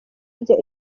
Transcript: rya